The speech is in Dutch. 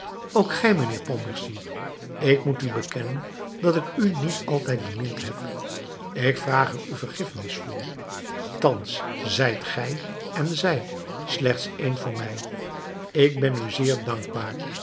ook gij mijnheer pontmercy ik moet u bekennen dat ik u niet altijd bemind heb ik vraag er u vergiffenis voor thans zijt gij en zij slechts één voor mij ik ben u zeer dankbaar